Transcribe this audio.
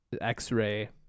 x-ray